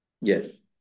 Yes